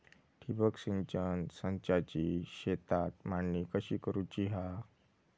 ठिबक सिंचन संचाची शेतात मांडणी कशी करुची हा?